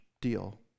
deal